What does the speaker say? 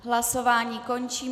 Hlasování končím.